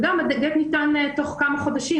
וגם הגט ניתן תוך כמה חודשים,